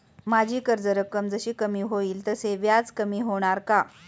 माझी कर्ज रक्कम जशी कमी होईल तसे व्याज कमी होणार का?